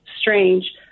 strange